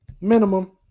minimum